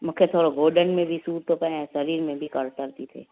मूंखे थोरो गोॾनि में बि सूर थो पए ऐं शरीर में कड़्क थी थिए